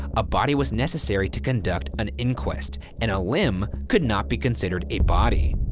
a body was necessary to conduct an inquest and a limb could not be considered a body.